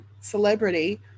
celebrity